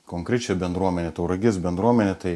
konkrečią bendruomenę tauragės bendruomenę tai